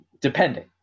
depending